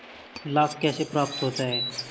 लाख कैसे प्राप्त होता है?